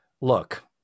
look